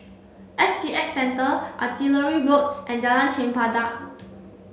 S G X Centre Artillery Road and Jalan Chempedak